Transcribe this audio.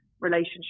relationship